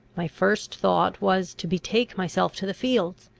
my first thought was, to betake myself to the fields,